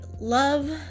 love